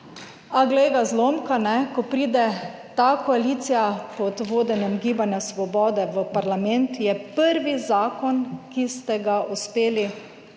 A glej ga zlomka, ko pride ta koalicija pod vodenjem Gibanja svobode v parlament, je prvi zakon, ki ste ga uspeli pripeljati